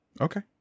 Okay